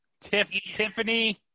Tiffany